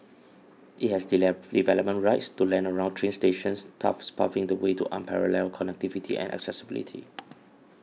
it has develop development rights to land around train stations thus paving the way to unparalleled connectivity and accessibility